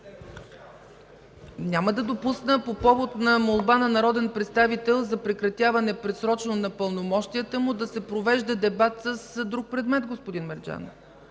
Няма да допусна, по повод на молба на народен представител за прекратяване предсрочно на пълномощията му, да се провежда дебат с друг предмет, господин Мерджанов.